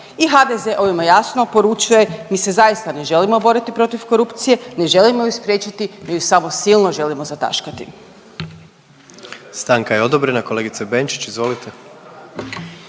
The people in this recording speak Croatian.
I HDZ ovime jasno poručuje, mi se zaista ne želimo boriti protiv korupcije, ne želimo ju spriječiti, mi ju samo silno želimo zataškati. **Jandroković, Gordan (HDZ)** Stanka je odobrena. Kolegice Benčić, izvolite.